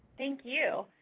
thank you.